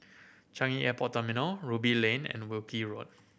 Changi Airport Terminal Ruby Lane and Wilkie Road